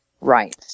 right